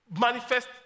manifest